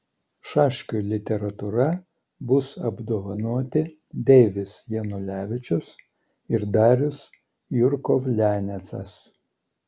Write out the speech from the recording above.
šaškių literatūra bus apdovanoti deivis janulevičius ir darius jurkovlianecas